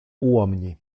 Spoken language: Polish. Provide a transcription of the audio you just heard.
ułomni